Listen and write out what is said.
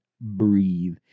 breathe